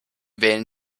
wählen